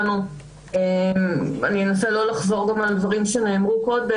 ואני אנסה לא לחזור על דברים שנאמרו קודם.